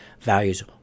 values